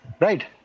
right